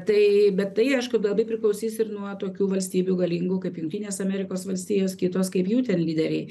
tai bet tai aišku labai priklausys ir nuo tokių valstybių galingų kaip jungtinės amerikos valstijos kitos kaip jų ten lyderiai